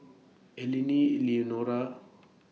Eleni Eleonora